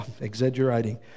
exaggerating